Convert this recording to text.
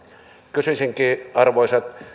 kysyisinkin arvoisat